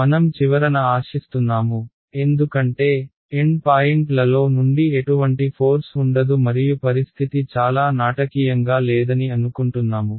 మనం చివరన ఆశిస్తున్నాము ఎందుకంటేఎండ్ పాయింట్లలో నుండి ఎటువంటి ఫోర్స్ ఉండదు మరియు పరిస్థితి చాలా నాటకీయంగా లేదని అనుకుంటున్నాము